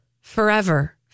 forever